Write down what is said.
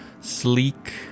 sleek